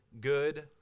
good